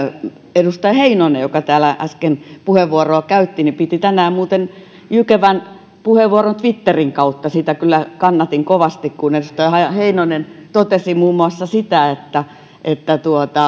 edustaja heinonen joka täällä äsken puheenvuoron käytti piti tänään muuten jykevän puheenvuoron twitterin kautta sitä kyllä kannatin kovasti kun edustaja heinonen totesi muun muassa että että